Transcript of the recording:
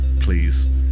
please